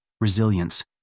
resilience